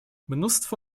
mnóstwo